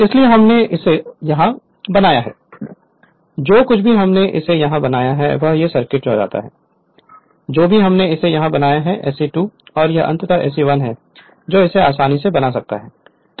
इसलिए हमने इसे यहाँ बनाया है जो कुछ भी हमने इसे यहां बनाया है वह इस सर्किट में जा रहा है जो भी हमने इसे यहां बनाया है SE2 तो यह अंततः SE1 है जो इसे आसानी से बना सकता है